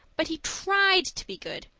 but he tried to be good.